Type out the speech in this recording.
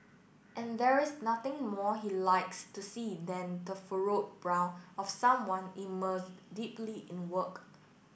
and there is nothing more he likes to see than the furrowed brow of someone immersed deeply in work